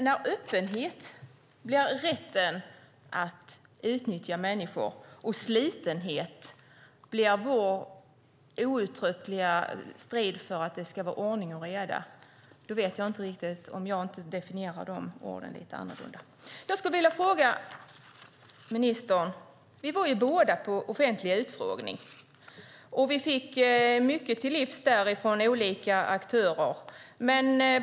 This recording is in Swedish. När öppenhet blir rätten att utnyttja människor och slutenhet blir vår outtröttliga strid för att det ska vara ordning och reda får jag säga att jag definierar de orden lite annorlunda. Jag och ministern var båda på offentlig utfrågning och fick oss mycket till livs från olika aktörer.